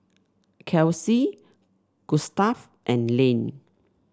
Kelsey Gustaf and Lane